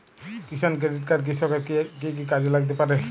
কিষান credit card কৃষকের কি কি কাজে লাগতে পারে?